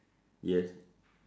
yes